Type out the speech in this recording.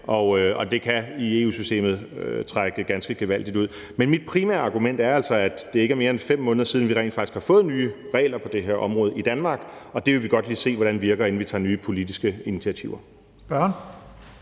og det kan i EU-systemet trække ganske gevaldigt ud. Men mit primære argument er altså, at det ikke er mere end 5 måneder siden, vi rent faktisk har fået nye regler på det her område i Danmark, og dem vil vi godt lige se hvordan virker, inden vi tager nye politiske initiativer. Kl.